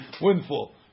windfall